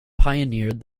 pioneered